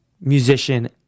musician